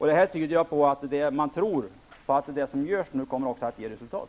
Det tyder på att man tror att det som nu görs kommer att ge resultat.